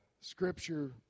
scripture